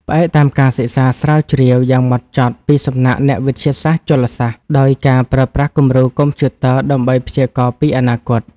ផ្អែកតាមការសិក្សាស្រាវជ្រាវយ៉ាងហ្មត់ចត់ពីសំណាក់អ្នកវិទ្យាសាស្ត្រជលសាស្ត្រ ដោយការប្រើប្រាស់គំរូកុំព្យូទ័រដើម្បីព្យាករណ៍ពីអនាគត។